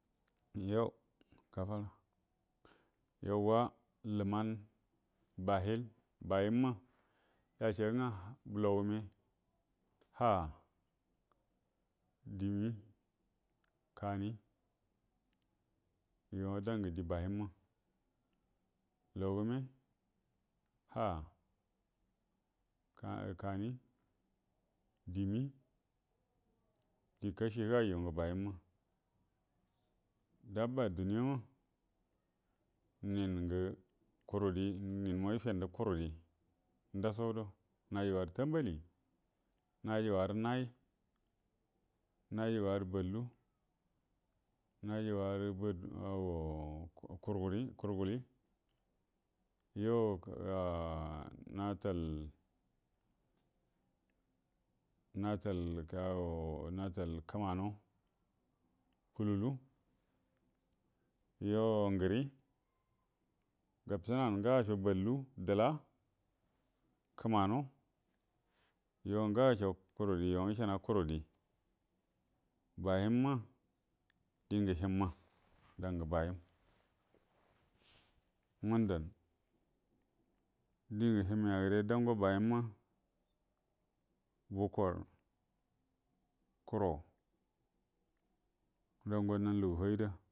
Yo ga fara yawula lumanə bahil ba yin ma yashagə ngə logume ha diwi kani yo dangə di bahimma logume ha ka-kani dini di kashi həgai yu ngə bahimma dabba duniyama ningə kururi ninəma ipendə kururi ndasodo najuga tambali najuguwarə nayi najuguwarə ballu najuguwarə bat ago kurguri kurguri yo a'a natal natal ago natal əmano kululu yo ngəri gab cinanə ngasho ballu dəla kəmano yo ngasho kuruli yima ishanə ga kuruli bahimma dingə himma dangə bahim ngundanə dingə himya gəre dango bahimma bukorə kuro dango nənə lugu faida